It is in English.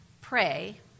pray